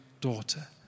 daughter